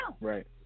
Right